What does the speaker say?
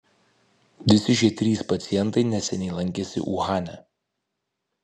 visi šie trys pacientai neseniai lankėsi uhane